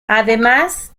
además